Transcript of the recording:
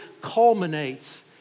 culminates